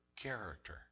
character